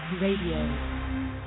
Radio